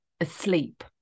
asleep